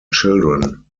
children